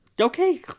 Okay